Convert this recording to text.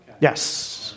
yes